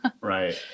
Right